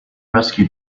rescue